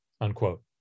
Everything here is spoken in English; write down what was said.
unquote